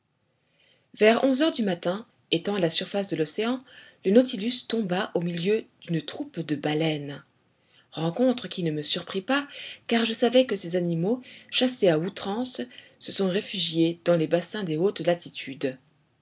vers onze heures du matin étant à la surface de l'océan le nautilus tomba au milieu d'une troupe de baleines rencontre qui ne me surprit pas car je savais que ces animaux chassés à outrance se sont réfugiés dans les bassins des hautes latitudes